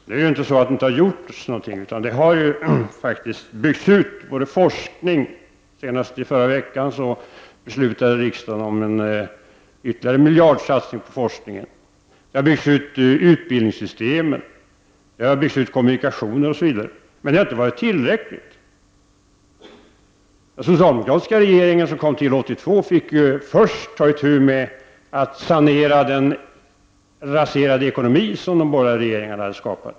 Det är ju inte på det sättet att det inte har gjorts någonting. Forskningen, t.ex., har ju byggts ut. Senast i förra veckan beslutade riksdagen om ytterligare en miljardsatsning inom forskningen. Utbildningssystemen har byggts ut; kommunikationer och annat har också byggts ut, men dessa satsningar har inte varit tillräckliga. Den socialdemokratiska regering som kom till makten 1982 var tvungen att först ta itu med att sanera den raserade ekonomi som de borgerliga rege ringarna hade skapat.